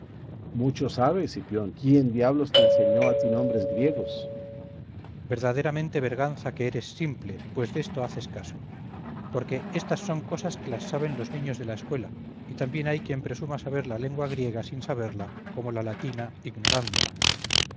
mucho sabes cipión quién diablos te enseñó a ti nombres griegos cipión verdaderamente berganza que eres simple pues desto haces caso porque éstas son cosas que las saben los niños de la escuela y también hay quien presuma saber la lengua griega sin saberla como la latina ignorándola